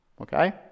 Okay